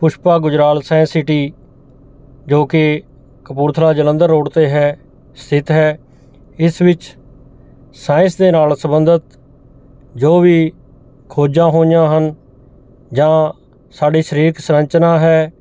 Pushpa Gujral science city ਜੋ ਕਿ Kapurthala Jalandhar road 'ਤੇ ਹੈ ਸਥਿਤ ਹੈ ਇਸ ਵਿੱਚ ਸਾਇੰਸ ਦੇ ਨਾਲ ਸੰਬੰਧਿਤ ਜੋ ਵੀ ਖੋਜਾਂ ਹੋਈਆਂ ਹਨ ਜਾਂ ਸਾਡੇ ਸਰੀਰਕ ਸੰਰਚਨਾ ਹੈ